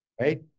right